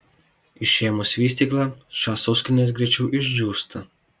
išėmus vystyklą šios sauskelnės greičiau išdžiūsta